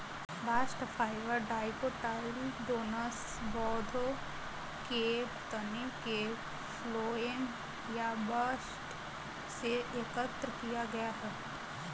bast fibre dicotyledonous पौधों के तने के फ्लोएम या बस्ट से एकत्र किया गया है